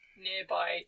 nearby